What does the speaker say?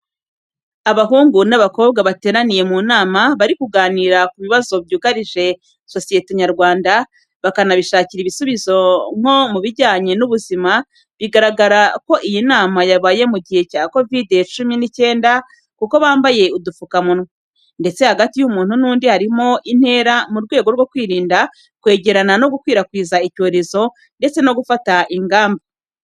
Abahungu n'abakobwa bateraniye mu nama bari kuganira ku bibazo byugarije sosiyete nyarwanda, bakanabishakira ibisubizo nko mubijyanye n'ubuzima biragaragara ko iyi nama yabaye mu gihe cya kovidi cumi n'icyenda kuko bambaye udupfuka munwa. Ndetse hagati y'umuntu n'undi harimo intera mu rwego rwo kwirinda kwegerana no gukwirakwiza icyorezo ndetse no gufata ingamba.